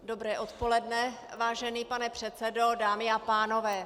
Dobré odpoledne, vážený pane předsedo, dámy a pánové.